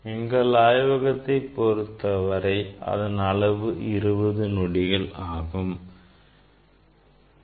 எங்கள் ஆய்வகத்தை பொறுத்தவரை அதன் அளவு 20 நொடிகள் ஆகும்